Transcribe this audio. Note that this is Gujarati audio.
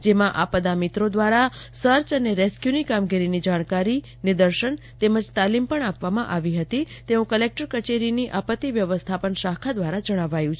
જેમાં આપદામિત્રો દ્વારા સર્ચ અને રેસ્ક્યુ ની કામગીરીની જાણકારી નિર્દેશન તેમજ તાલીમ પણ આપવામાં આવી હતી તેવું કલેકટર કચેરીની આપતિ વ્યવસ્થાપન શાખા દ્વારા જણાવાયું છે